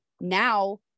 now